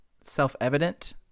self-evident